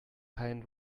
paint